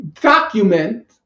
document